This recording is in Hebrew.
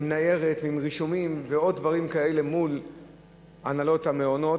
עם ניירת ורישומים ועוד דברים כאלה מול הנהלות המעונות,